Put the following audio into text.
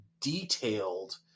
detailed